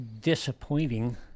disappointing